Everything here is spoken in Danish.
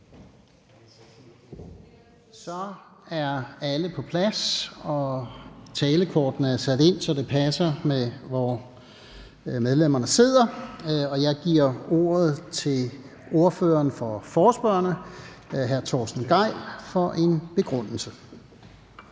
Så er alle på plads, og talerkortene er sat ind, så det passer med, hvor medlemmerne sidder. Jeg giver ordet til ordføreren for forespørgerne, hr. Torsten Gejl, for en begrundelse.